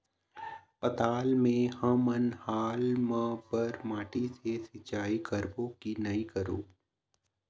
पताल मे हमन हाल मा बर माटी से सिचाई करबो की नई करों?